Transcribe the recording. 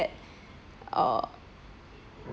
at uh